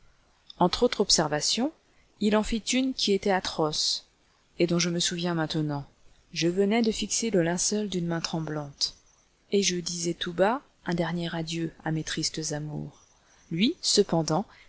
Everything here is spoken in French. entre autres observations il en fit une qui était atroce et dont je me souviens maintenant je venais de fixer le linceul d'une main tremblante et je disais tout bas un dernier adieu à mes tristes amours lui cependant